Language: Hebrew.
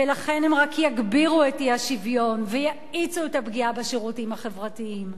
ולכן הם רק יגבירו את האי-שוויון ויאיצו את הפגיעה בשירותים החברתיים.